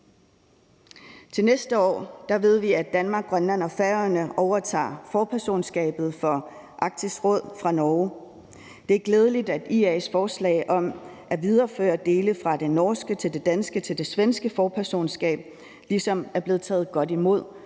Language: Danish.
Til næste år ved vi, at Danmark, Grønland og Færøerne overtager forpersonskabet for Arktisk Råd fra Norge. Det er glædeligt, at IA's forslag om at videreføre dele fra det norske til det danske til det svenske forpersonskab ligesom er blevet taget godt imod,